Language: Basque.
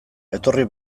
etorri